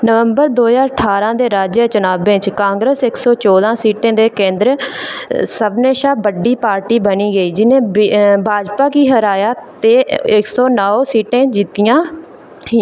नवंबर दो ज्हार ठारां दे राज्य चुनावें च कांग्रेस इक सौ चौदां सीटें दे कन्नै सभनें शा बड्डी पार्टी बनी गेई जि'नै भाजपा गी हराया ते इक सौ नौ सीटां जित्तियां ही